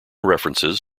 references